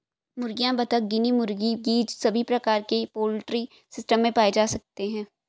मुर्गियां, बत्तख, गिनी मुर्गी, गीज़ सभी प्रकार के पोल्ट्री सिस्टम में पाए जा सकते है